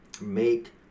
make